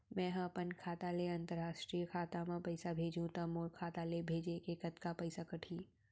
मै ह अपन खाता ले, अंतरराष्ट्रीय खाता मा पइसा भेजहु त मोर खाता ले, भेजे के कतका पइसा कटही?